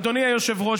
אדוני היושב-ראש,